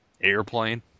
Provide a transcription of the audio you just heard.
Airplane